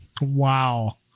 wow